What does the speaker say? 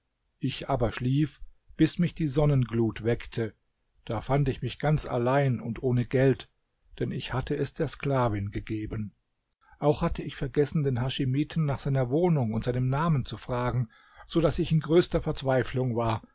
ich aber schlief bis mich die sonnenglut weckte da fand ich mich ganz allein und ohne geld denn ich hatte es der sklavin gegeben auch hatte ich vergessen den haschimiten nach seiner wohnung und seinem namen zu fragen so daß ich in größter verzweiflung war